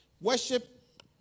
Worship